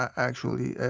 actually.